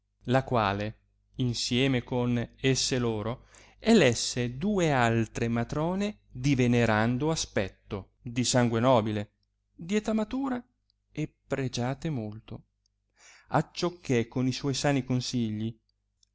la quale insieme con esso loro elesse due altre matrone di venerando aspetto di sangue nobile di età matura e pregiate molto acciò che con suoi sani consigli